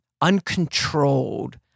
uncontrolled